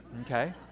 Okay